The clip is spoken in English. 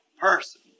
person